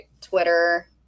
Twitter